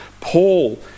Paul